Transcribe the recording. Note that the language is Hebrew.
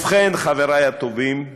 ובכן, חבריי הטובים,